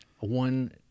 one